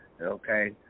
okay